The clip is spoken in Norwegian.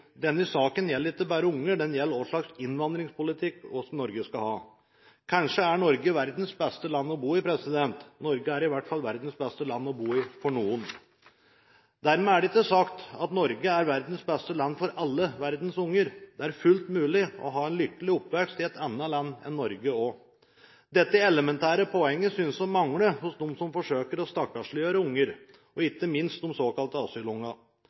Denne saken gjelder ikke bare unger; den gjelder hva slags innvandringspolitikk Norge skal ha. Kanskje er Norge verdens beste land å bo i – Norge er i hvert fall verdens beste land å bo i for noen. Det er ikke dermed sagt at Norge er verdens beste land for hele verdens unger; det er fullt mulig å ha en lykkelig oppvekst i et annet land enn Norge. Dette elementære poenget synes å mangle hos dem som forsøker å stakkarsliggjøre unger, ikke minst de såkalte